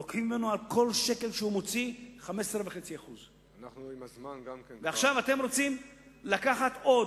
לוקחים לו על כל שקל שהוא מוציא 15.5%. ועכשיו אתם רוצים לקחת עוד,